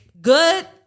good